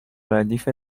ردیف